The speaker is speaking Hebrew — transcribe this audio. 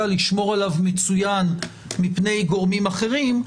לשמור עליו מצוין מפני גורמים אחרים,